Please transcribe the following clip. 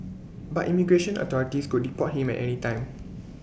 but immigration authorities could deport him at any time